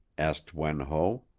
asked wen ho.